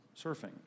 surfing